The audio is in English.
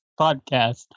podcast